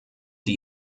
die